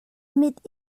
mit